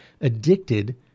addicted